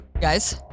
Guys